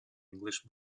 english